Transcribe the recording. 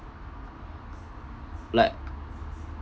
like